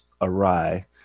awry